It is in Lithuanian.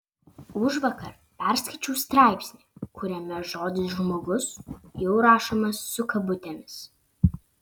užvakar perskaičiau straipsnį kuriame žodis žmogus jau rašomas su kabutėmis